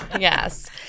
Yes